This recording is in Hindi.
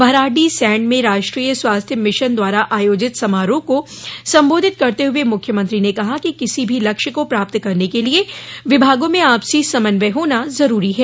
भराडीसैंण में राष्ट्रीय स्वास्थ्य मिशन द्वारा आयोजित समारोह को सम्बोधित करते हुए मुख्यमंत्री ने कहा कि किसी भी लक्ष्य को प्राप्त करने के लिए विभागों में आपसी समन्वय होना जरूरी है